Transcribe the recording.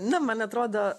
na man atrodo